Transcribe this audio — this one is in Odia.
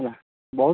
ହେଲା ବହୁତ